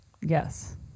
yes